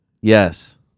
Yes